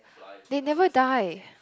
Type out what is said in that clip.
they never die